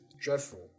dreadful